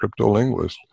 cryptolinguist